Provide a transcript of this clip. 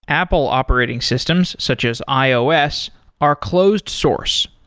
apple operating systems such as ios are closed sourced.